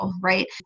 right